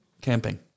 camping